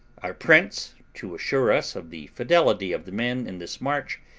our prince, to assure us of the fidelity of the men in this march,